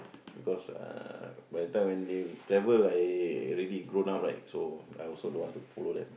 because uh by the time when they travel I already grown up right so I also don't want to follow them